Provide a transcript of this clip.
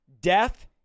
death